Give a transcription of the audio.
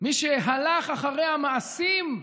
מי שהלך אחרי המעשים,